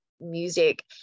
music